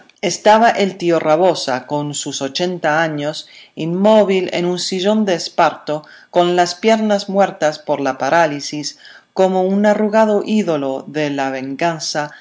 estaba el tío rabosa con sus ochenta años inmóvil en un sillón de esparto con las piernas muertas por la parálisis como un arrugado ídolo de la venganza